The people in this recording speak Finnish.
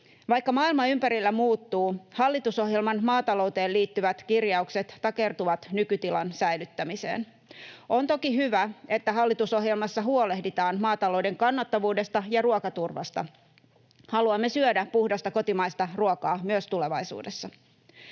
Vaikka maailma ympärillä muuttuu, hallitusohjelman maatalouteen liittyvät kirjaukset takertuvat nykytilan säilyttämiseen. On toki hyvä, että hallitusohjelmassa huolehditaan maatalouden kannattavuudesta ja ruokaturvasta. Haluamme syödä puhdasta kotimaista ruokaa myös tulevaisuudessa.